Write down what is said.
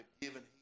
given